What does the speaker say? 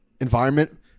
environment